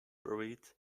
buried